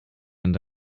and